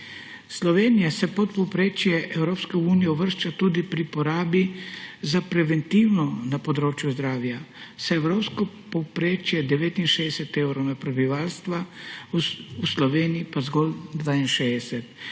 Slovenija se pod povprečje Evropske unije uvršča tudi pri porabi za preventivo na področju zdravje, saj je evropsko povprečje 69 evrov na prebivalca, v Sloveniji pa zgolj 62.